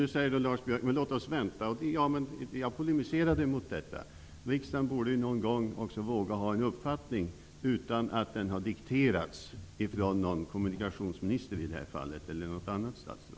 Lars Björkman menade att vi borde avvakta, men jag polemiserade mot den inställningen. Riksdagen borde någon gång våga ha en uppfattning utan att denna har dikterats av, som i detta fall, kommunikationsministern, eller något annat statsråd.